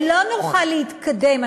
ולא נוכל להתקדם,